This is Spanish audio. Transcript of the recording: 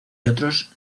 otros